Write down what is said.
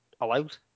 allowed